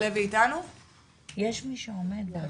בוקר טוב.